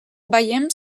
veiem